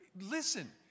Listen